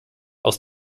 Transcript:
aus